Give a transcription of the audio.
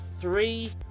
three